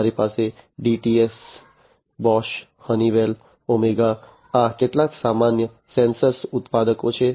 તમારી પાસે DTS Bosch Honeywell OMEGA આ કેટલાક સામાન્ય સેન્સર ઉત્પાદકો છે